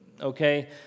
okay